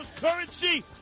currency